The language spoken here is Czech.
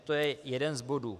To je jeden z bodů.